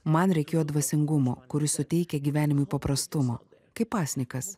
man reikėjo dvasingumo kuris suteikia gyvenimui paprastumo kaip pasnikas